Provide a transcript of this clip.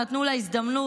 שנתנו לה הזדמנות,